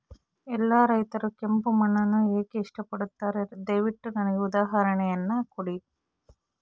ಎಲ್ಲಾ ರೈತರು ಕೆಂಪು ಮಣ್ಣನ್ನು ಏಕೆ ಇಷ್ಟಪಡುತ್ತಾರೆ ದಯವಿಟ್ಟು ನನಗೆ ಉದಾಹರಣೆಯನ್ನ ಕೊಡಿ?